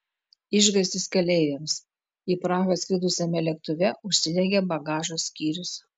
išgąstis keleiviams į prahą skridusiame lėktuve užsidegė bagažo skyrius